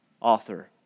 author